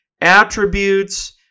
attributes